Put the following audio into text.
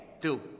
two